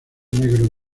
negro